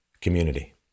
community